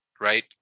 right